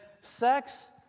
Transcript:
sex